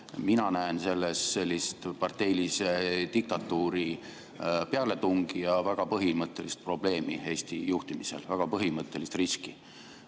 Mina näen selles parteilise diktatuuri pealetungi ja väga põhimõttelist probleemi Eesti juhtimisel, väga põhimõttelist riski